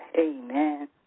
Amen